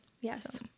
Yes